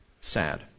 sad